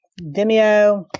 Vimeo